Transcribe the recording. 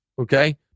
Okay